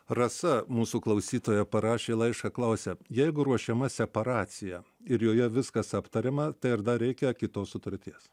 rasa mūsų klausytoja parašė laišką klausia jeigu ruošiama separacija ir joje viskas aptariama tai ar dar reikia kitos sutarties